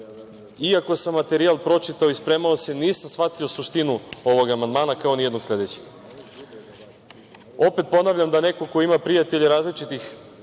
iako sam materijal pročitao i spremao se, nisam shvatio suštinu ovog amandmana, kao ni jednog sledećeg. Opet ponavljam, kao neko ko ima prijatelje različitih